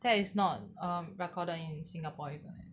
that is not uh recorded in singapore isn't it